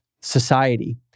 society